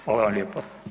Hvala vam lijepa.